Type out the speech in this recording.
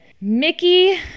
Mickey